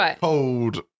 hold